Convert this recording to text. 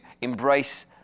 embrace